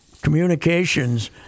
communications